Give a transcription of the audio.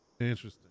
Interesting